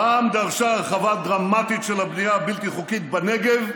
רע"מ דרשה הרחבה דרמטית של הבנייה הבלתי-חוקית בנגב,